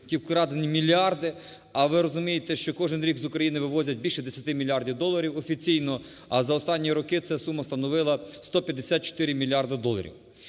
ті вкрадені мільярди. А ви розумієте, що кожен рік з України вивозять більше 10 мільярдів доларів офіційно, а за останні роки ця сума становила 154 мільярди доларів.